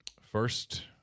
First